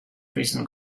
prison